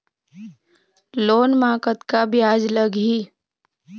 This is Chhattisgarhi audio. लोन म कतका ब्याज लगही?